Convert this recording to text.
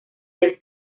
del